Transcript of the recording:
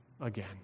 again